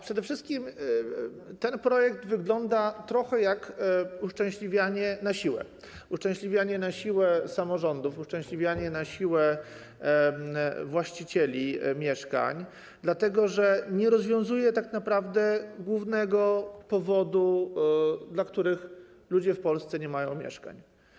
Przede wszystkim ten projekt wygląda trochę jak uszczęśliwianie na siłę, uszczęśliwianie na siłę samorządów, uszczęśliwianie na siłę właścicieli mieszkań, dlatego że tak naprawdę nie rozwiązuje głównego powodu, z którego ludzie w Polsce nie mają mieszkań.